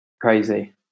crazy